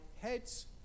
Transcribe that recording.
heads